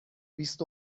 بیست